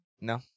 no